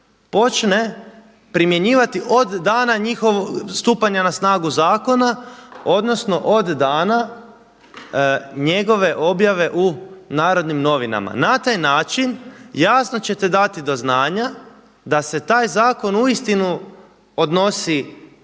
počne primjenjivati od dana stupanja na snagu zakona odnosno od dana njegove objave u Narodnim novinama. Na taj način jasno ćete doći do znanja da se taj zakon uistinu odnosi